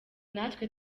natwe